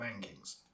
rankings